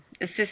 assist